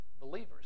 Believers